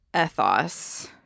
ethos